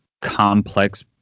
complex